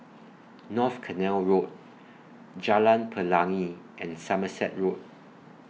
North Canal Road Jalan Pelangi and Somerset Road